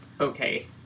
okay